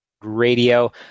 Radio